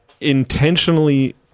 intentionally